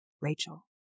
Rachel